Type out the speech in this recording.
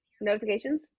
notifications